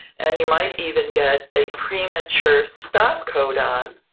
and you might even get a premature stop codon,